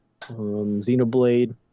Xenoblade